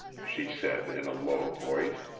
she said in a low voice.